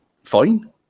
fine